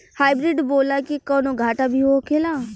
Hybrid बोला के कौनो घाटा भी होखेला?